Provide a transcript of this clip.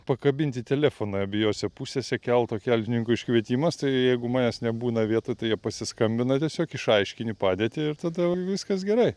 pakabinti telefoną abiejose pusėse kelto keltininkų iškvietimas tai jeigu manęs nebūna vietoj tai jie pasiskambina tiesiog išaiškini padėtį ir tada viskas gerai